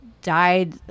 Died